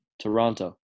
Toronto